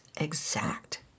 exact